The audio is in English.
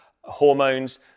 hormones